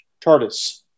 TARDIS